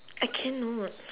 I cannot